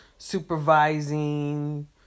supervising